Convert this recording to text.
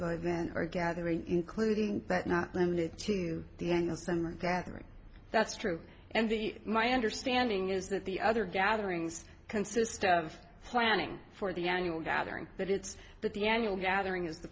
then are gathering including but not limited to the end of summer gathering that's true and the my understanding is that the other gatherings consist of planning for the annual gathering that it's the annual gathering is the